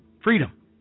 Freedom